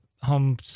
Home